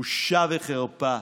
בושה וחרפה,